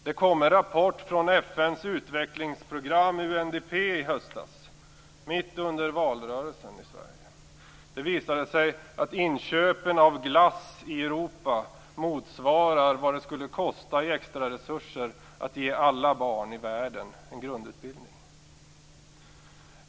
Det kom en rapport från FN:s utvecklingsprogram UNDP i höstas, mitt under valrörelsen i Sverige. Det visade sig att inköpen av glass i Europa motsvarar vad det skulle kosta i extraresurser att ge alla barn i världen en grundutbildning.